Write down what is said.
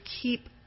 keep